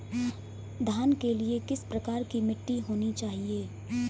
धान के लिए किस प्रकार की मिट्टी होनी चाहिए?